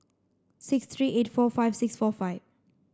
six three eight four five six four five